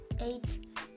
eight